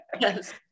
Yes